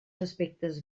aspectes